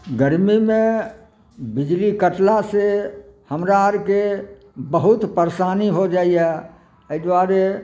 गर्मीमे बिजली कटला सॅं हमरा आरके बहुत परशानी हो जाइए एहि दुआरे